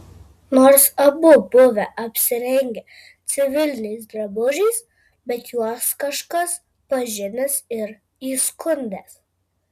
nors abu buvę apsirengę civiliniais drabužiais bet juos kažkas pažinęs ir įskundęs